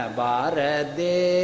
barade